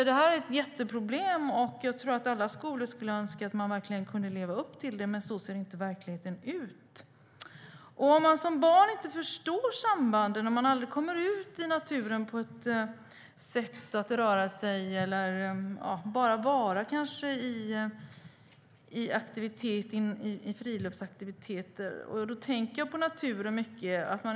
Det är ett jätteproblem, och jag tror att alla skolor skulle önska att de verkligen kunde leva upp till det, men så ser inte verkligheten ut. Som barn kanske man inte förstår sambanden, om man aldrig kommer ut i naturen för att röra sig, att delta i en friluftsaktivitet eller att bara vara.